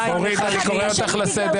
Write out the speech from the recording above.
אורית, אל תכריחי אותי לקרוא אותך לסדר.